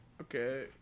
Okay